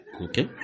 Okay